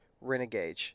Renegade